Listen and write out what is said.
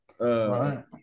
right